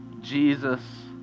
Jesus